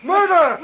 Murder